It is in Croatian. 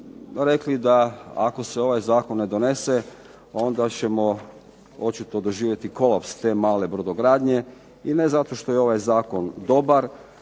rekli da ako se ovaj Zakon ne donese onda ćemo očito doživjeti kolaps male brodogradnje i ne zato što je ovaj Zakon dobar,